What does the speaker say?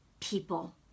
people